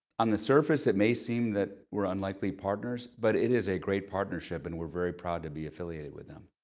on the surface, it may seem that we're unlikely partners, but it is a great partnership, and we're very proud to be affiliated with them.